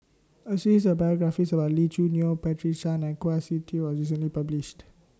A series of biographies about Lee Choo Neo Patricia Chan and Kwa Siew Tee was recently published